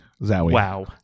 Wow